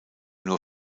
nur